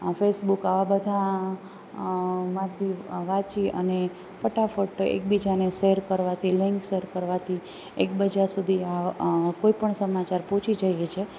Facebook આ બધા માંથી વાચી અને ફટાફટ એકબીજાને શેર કરવાથી લઈ શેર કરવાથી એકબીજા સુધી કોઈ પણ સમાચાર પહોંચી જાય છે